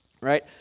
right